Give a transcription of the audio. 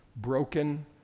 broken